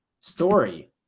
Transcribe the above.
story